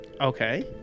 Okay